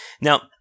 Now